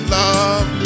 love